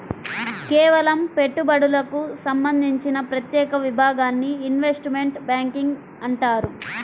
కేవలం పెట్టుబడులకు సంబంధించిన ప్రత్యేక విభాగాన్ని ఇన్వెస్ట్మెంట్ బ్యేంకింగ్ అంటారు